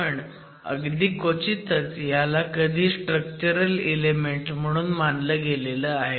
पण अगदी क्वचितच ह्याला कधी स्ट्रक्चरल इलेमेंट म्हणून मानलं गेलं आहे